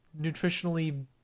nutritionally